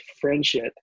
friendship